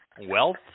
wealth